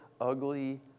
ugly